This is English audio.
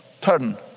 turn